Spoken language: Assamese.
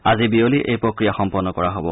আজি বিয়লি এই প্ৰক্ৰিয়া সম্পন্ন কৰা হব